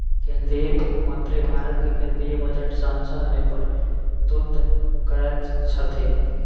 केंद्रीय वित्त मंत्री भारत के केंद्रीय बजट संसद में प्रस्तुत करैत छथि